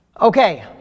Okay